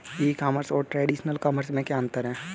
E commerce और traditional commerce में क्या अंतर है?